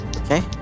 Okay